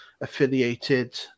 affiliated